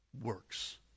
works